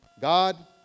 God